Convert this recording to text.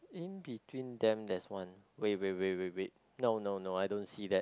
in between them there's one wait wait wait wait wait no no no I don't see that